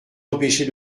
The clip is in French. empêcher